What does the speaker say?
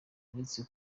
uretse